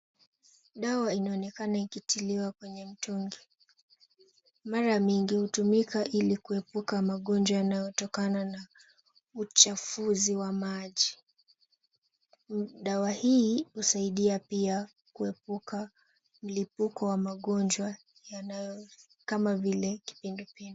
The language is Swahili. Dawa inaonekana ikitiriwa kwenye mtungi, mara nyingi hutumika ili kuepuka magonjwa yanayotokana na uchafuzi wa maji, dawa hii husaidia pia kuepuka mlipuko wa magonjwa yanayo, kama vile kipindupindu.